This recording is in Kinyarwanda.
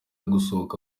gusohoka